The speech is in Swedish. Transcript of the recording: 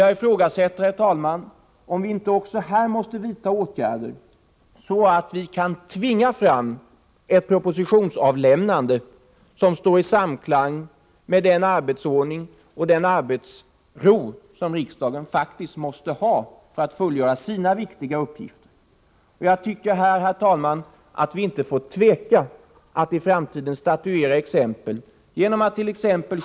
Jag frågar mig, herr talman, om vi inte också här måste vidta åtgärder så att vi kan tvinga fram ett propositionsavlämnande som står i samklang med riksdagsordningen. Jag tycker, herr talman, att vi inte skall tveka när det gäller att i framtiden statuera exempel genom attt.ex.